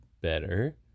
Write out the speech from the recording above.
better